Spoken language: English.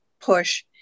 push